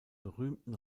berühmten